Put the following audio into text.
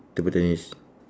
table tennis